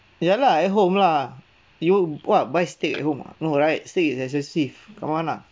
ya lah at home lah you what buy steak at home ah no right steak is expensive come on lah